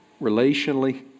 relationally